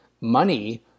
money